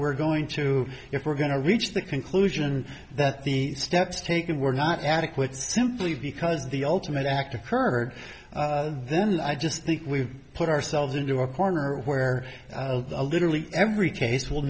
we're going to if we're going to reach the conclusion that the steps taken were not adequate simply because the ultimate act occurred then i just think we've put ourselves into a corner where literally every case will